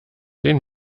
den